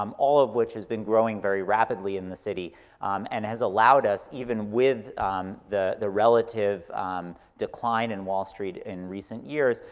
um all of which has been growing very rapidly in the city and has allowed us, even with the the relative decline in wall street in recent years,